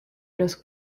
los